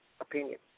opinion